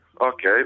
Okay